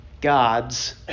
God's